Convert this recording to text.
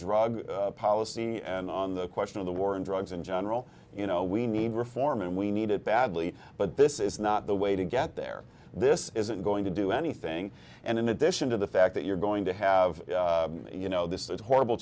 drug policy and on the question of the war on drugs in general you know we need reform and we need it badly but this is not the way to get there this isn't going to do anything and in addition to the fact that you're going to have you know this is a horrible